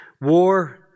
War